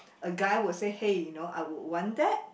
a guy will say hey you know I would want that